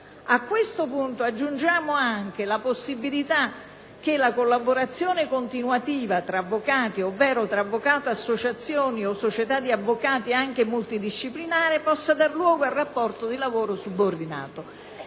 A questo punto aggiungiamo anche la possibilità che la collaborazione continuativa tra avvocati, ovvero tra avvocato e associazioni o società di avvocati anche multidisciplinare, possa dar luogo a rapporto di lavoro subordinato.